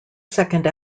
second